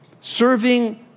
Serving